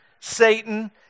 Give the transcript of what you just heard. Satan